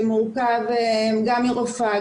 שמורכב גם מרופאה,